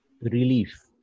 relief